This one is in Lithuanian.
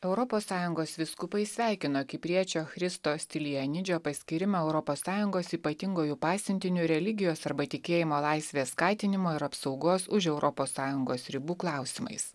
europos sąjungos vyskupai sveikino kipriečio christo stilienidžio paskyrimą europos sąjungos ypatinguoju pasiuntiniu religijos arba tikėjimo laisvės skatinimo ir apsaugos už europos sąjungos ribų klausimais